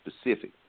specific